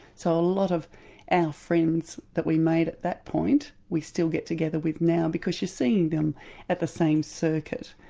so a lot of our friends that we made at that point we still get together with now because you're seeing them at the same circuit.